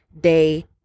day